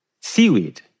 Seaweed